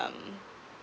um